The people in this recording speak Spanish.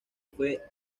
fue